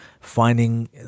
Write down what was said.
finding